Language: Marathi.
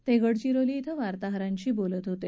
ते गडचिरोली धिं वार्ताहरांशी बोलत होते